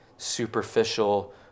superficial